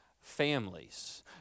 families